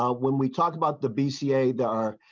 ah when we talk about the bca die.